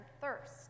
thirst